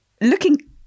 Looking